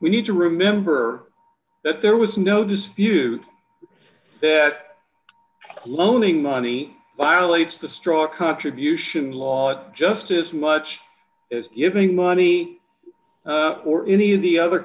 we need to remember that there was no dispute it cloning money violates the straw contribution laws just as much as even money or any of the other